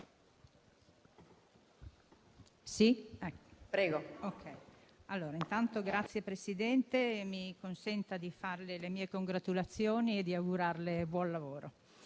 Signor Presidente, mi consenta di farle le mie congratulazioni e di augurarle buon lavoro.